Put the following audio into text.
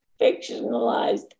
fictionalized